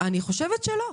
אני חושבת שלא,